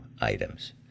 items